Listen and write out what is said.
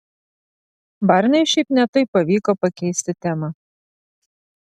barniui šiaip ne taip pavyko pakeisti temą